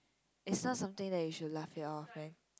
it's not something that you should laugh it off eh